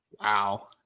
Wow